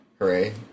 Hooray